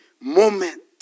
moment